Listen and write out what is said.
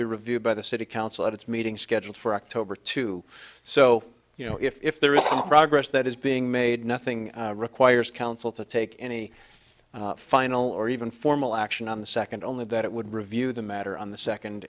be reviewed by the city council at its meeting scheduled for october two so you know if there is progress that is being made nothing requires council to take any final or even formal action on the second only that it would review the matter on the second